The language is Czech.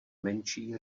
menší